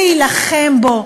להילחם בו.